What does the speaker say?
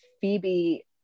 phoebe